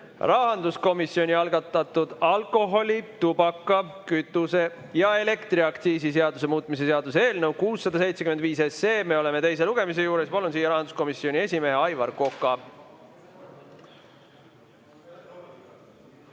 Rahanduskomisjoni algatatud alkoholi-, tubaka-, kütuse- ja elektriaktsiisi seaduse muutmise seaduse eelnõu 675, me oleme teise lugemise juures. Ma palun siia rahanduskomisjoni esimehe Aivar Koka.